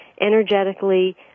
energetically